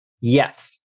Yes